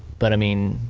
but i mean,